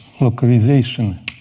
localization